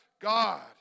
God